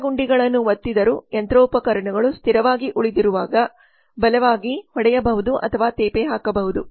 ಎಲ್ಲಾ ಗುಂಡಿಗಳನ್ನು ಒತ್ತಿದರೂ ಯಂತ್ರೋಪಕರಣಗಳು ಸ್ಥಿರವಾಗಿ ಉಳಿದಿರುವಾಗ ಬಲವಾಗಿ ಹೊಡೆಯಬಹುದು ಅಥವಾ ತೇಪೆ ಹಾಕಬಹುದು